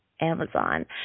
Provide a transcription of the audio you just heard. amazon